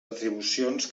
atribucions